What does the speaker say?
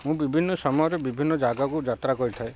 ମୁଁ ବିଭିନ୍ନ ସମୟରେ ବିଭିନ୍ନ ଜାଗାକୁ ଯାତ୍ରା କରିଥାଏ